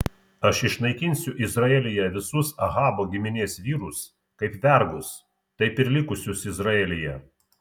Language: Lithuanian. aš išnaikinsiu izraelyje visus ahabo giminės vyrus kaip vergus taip ir likusius izraelyje